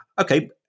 okay